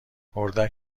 اردک